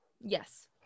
Yes